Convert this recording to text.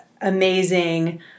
amazing